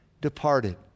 departed